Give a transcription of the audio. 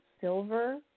silver